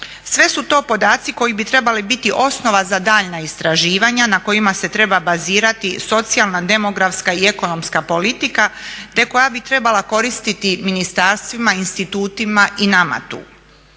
Sve su to podaci koji bi trebali biti osnova za daljnja istraživanja na kojima se treba bazirati socijalna, demografska i ekonomska politika te koja bi trebala koristiti ministarstvima, institutima i nama tu.